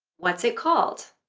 what's it called?